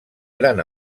gran